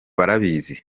barabizi